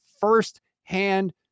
first-hand